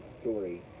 story